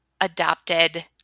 adopted